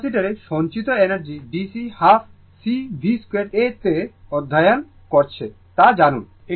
ক্যাপাসিটারে সঞ্চিত energy DC half C V2 2 তে অধ্যয়ন করেছে তা জানুন